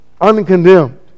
uncondemned